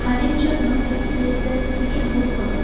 থানের জন্য একটি রেলগাড়ির টিকিট বুক কর